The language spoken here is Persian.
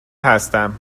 هستم